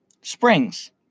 Springs